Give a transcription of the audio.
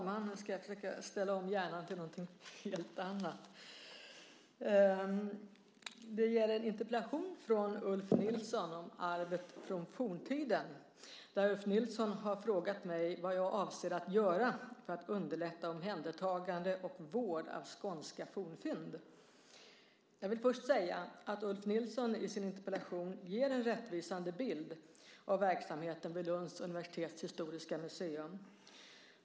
Herr talman! Ulf Nilsson har frågat mig vad jag avser att göra för att underlätta omhändertagande och vård av skånska fornfynd. Jag vill först säga att Ulf Nilsson i sin interpellation ger en rättvisande bild av verksamheten vid Lunds universitets historiska museum.